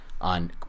on